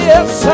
Yes